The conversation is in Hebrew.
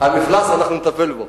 המפלס, אנחנו נטפל בו.